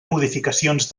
modificacions